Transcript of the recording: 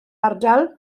ardal